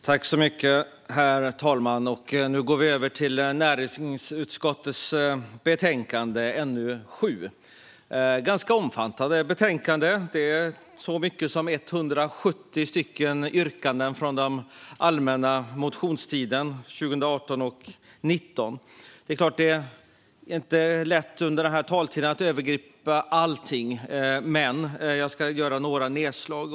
Herr talman! Nu går vi över till näringsutskottets betänkande NU7, ett ganska omfattande betänkande. Det är så många som 170 yrkanden från allmänna motionstiden 2018/2019. Det är inte lätt att under min talartid övergripa allting, men jag ska göra några nedslag.